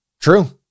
True